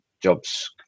jobs